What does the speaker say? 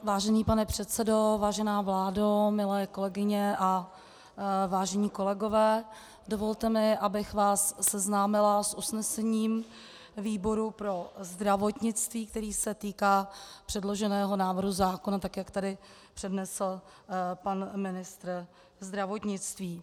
Vážený pane předsedo, vážená vládo, milé kolegyně a vážení kolegové, dovolte mi, abych vás seznámila s usnesením výboru pro zdravotnictví, které se týká předloženého návrhu zákona, tak jak tady přednesl pan ministr zdravotnictví.